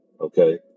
Okay